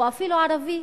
או אפילו "ערבי",